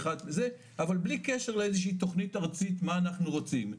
אבל בלי קשר לאיזו שהיא תכנית ארצית מה אנחנו רוצים.